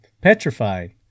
petrified